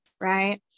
right